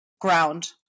ground